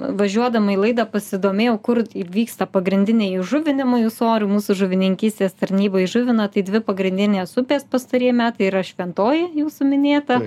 važiuodama į laidą pasidomėjau kur vyksta pagrindiniai įžuvinimai ūsorių mūsų žuvininkystės tarnyba įžuvina tai dvi pagrindinės upės pastarieji metai yra šventoji jūsų minėta